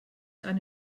eine